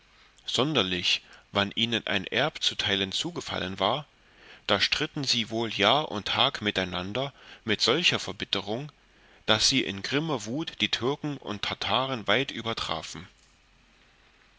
sonderlich wann ihnen ein erb zu teilen zugefallen war da stritten sie wohl jahr und tag miteinander mit solcher verbitterung daß sie in grimmer wut die türken und tartern weit übertrafen